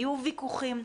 יהיו ויכוחים,